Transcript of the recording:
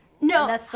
No